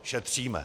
Šetříme!